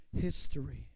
history